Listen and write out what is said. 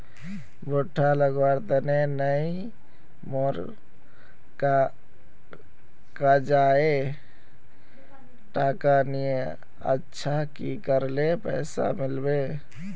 भुट्टा लगवार तने नई मोर काजाए टका नि अच्छा की करले पैसा मिलबे?